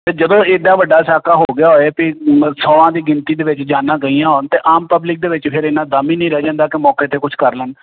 ਅਤੇ ਜਦੋਂ ਇੰਨਾ ਵੱਡਾ ਸਾਕਾ ਹੋ ਗਿਆ ਹੋਏ ਵੀ ਸੌਂਆਂ ਦੀ ਗਿਣਤੀ ਦੇ ਵਿੱਚ ਜਾਨਾਂ ਗਈਆਂ ਹੋਣ ਅਤੇ ਆਮ ਪਬਲਿਕ ਦੇ ਵਿੱਚ ਫਿਰ ਇਹਨਾਂ ਦਮ ਹੀ ਨਹੀਂ ਰਹਿ ਜਾਂਦਾ ਕਿ ਮੌਕੇ 'ਤੇ ਕੁਝ ਕਰ ਲੈਣ